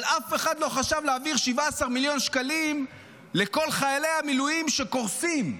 אבל אף אחד לא חשב להעביר 17 מיליון שקלים לכל חיילי המילואים שקורסים.